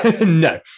No